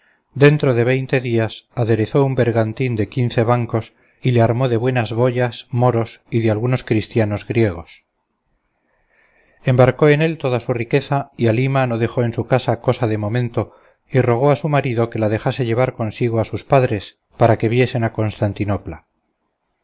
dentro de veinte días aderezó un bergantín de quince bancos y le armó de buenas boyas moros y de algunos cristianos griegos embarcó en él toda su riqueza y halima no dejó en su casa cosa de momento y rogó a su marido que la dejase llevar consigo a sus padres para que viesen a constantinopla